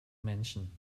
menschen